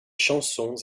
chansons